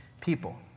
people